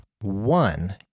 one